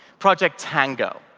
project tango.